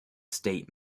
state